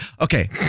Okay